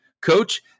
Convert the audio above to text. Coach